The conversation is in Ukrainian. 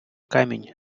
камінь